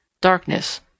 darkness